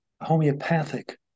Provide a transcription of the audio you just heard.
homeopathic